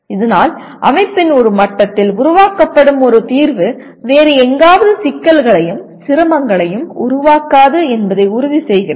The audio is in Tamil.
இதனால் அமைப்பின் ஒரு மட்டத்தில் உருவாக்கக்கப்படும் ஒரு தீர்வு வேறு எங்காவது சிக்கல்களையும் சிரமங்களையும் உருவாக்காது என்பதை உறுதிசெய்கிறது